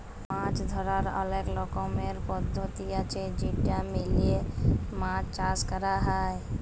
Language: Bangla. মাছ ধরার অলেক রকমের পদ্ধতি আছে যেটা মেলে মাছ চাষ ক্যর হ্যয়